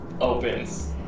opens